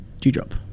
Dewdrop